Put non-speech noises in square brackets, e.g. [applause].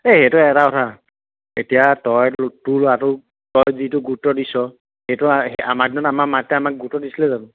এই সেইটো এটা কথা এতিয়া তই [unintelligible] তোৰ ল'ৰাটো তই যিটো গুৰুত্ব দিছ সেইটো আমাৰ দিনত আমাৰ মা দেউতা আমাক গুৰুত্ব দিছিলে জানো